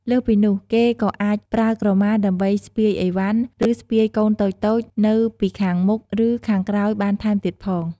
លើសពីនោះ គេក៏អាចប្រើក្រមា ដើម្បីស្ពាយឥវ៉ាន់ ឬ ស្ពាយកូនតូចៗនៅពីខាងមុខ ឬ ខាងក្រោយបានថែមទៀតផង។